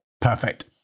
Perfect